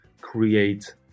create